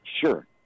Sure